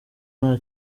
nta